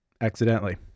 Accidentally